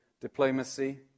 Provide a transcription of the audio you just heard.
diplomacy